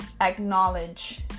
acknowledge